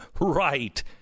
right